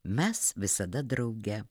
mes visada drauge